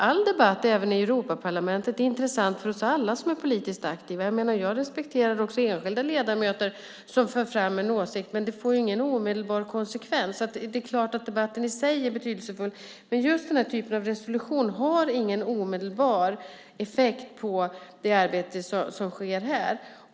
All debatt även i Europaparlamentet är intressant för oss alla som är politiskt aktiva. Jag respekterar också enskilda ledamöter som för fram en åsikt, men det får ingen omedelbar konsekvens. Det är klart att debatten i sig är betydelsefull, men just den här typen av resolution har ingen omedelbar effekt på det arbete som sker här.